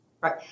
Right